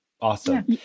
Awesome